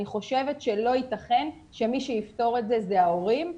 אני חושבת שלא ייתכן שמי שיפתור את זה אלה ההורים,